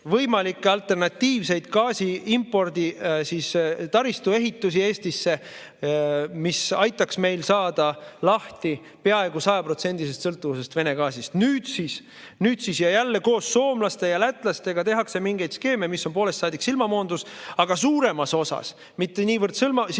võimalikku alternatiivset gaasi impordi taristu ehitust Eestisse, mis aitaks meil lahti saada peaaegu sajaprotsendilisest sõltuvusest Vene gaasist. Nüüd siis, jälle koos soomlaste ja lätlastega, tehakse mingeid skeeme, mis on poolest saadik silmamoondus, aga suuremas osas mitte niivõrd silmamoondus,